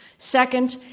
second,